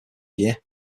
year